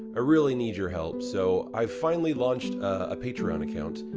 ah really need your help, so i finally launched a patreon account.